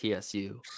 TSU